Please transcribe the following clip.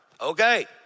okay